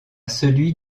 celui